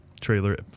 trailer